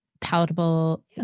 palatable